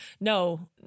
No